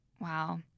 Wow